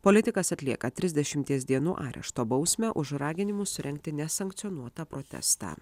politikas atlieka trisdešimties dienų arešto bausmę už raginimus surengti nesankcionuotą protestą